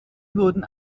wurden